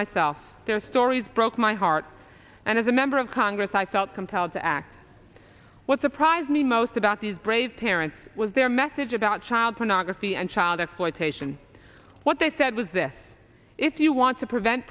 myself their stories broke my heart and as a member of congress i felt compelled to act what surprised me most about these brave parents was their message about child pornography and child exploitation what they said was this if you want to prevent